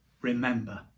Remember